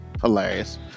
hilarious